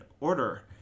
order